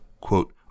quote